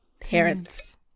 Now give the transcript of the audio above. Parents